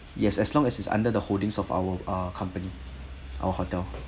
yes as long as is under the holdings of our ah company our hotel